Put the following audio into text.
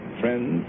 friends